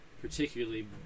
particularly